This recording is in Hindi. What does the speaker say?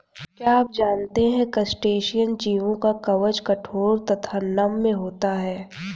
क्या आप जानते है क्रस्टेशियन जीवों का कवच कठोर तथा नम्य होता है?